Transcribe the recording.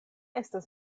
estas